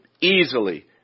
easily